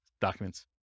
documents